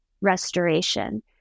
restoration